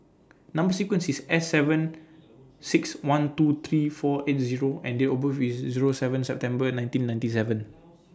Number sequence IS S seven six one two three four eight O and Date of birth IS Zero seven September nineteen ninety seven